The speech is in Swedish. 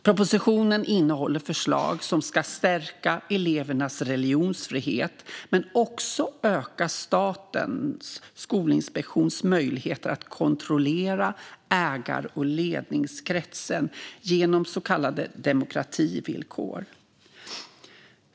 Propositionen innehåller förslag som ska stärka elevernas religionsfrihet men också öka Statens skolinspektions möjligheter att kontrollera ägar och ledningskretsen genom så kallade demokrativillkor.